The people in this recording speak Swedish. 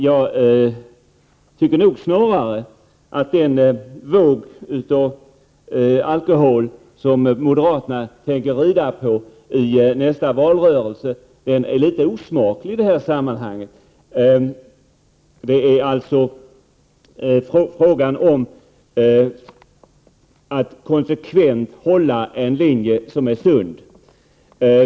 Jag tycker snarare att den våg av alkohol som moderaterna kan rida på i nästa valrörelse är litet osmaklig i det här sammanhanget. Det gäller att konsekvent hålla sig till en sund linje.